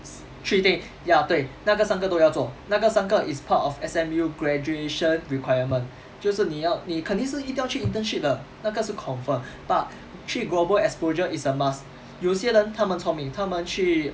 three things ya 对那个三个都要做那个三个 is part of S_M_U graduation requirement 就是你要你肯定是一定要去 internship 的那个是 confirm but 去 global exposure is a must 有些人他们聪明他们去